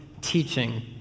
teaching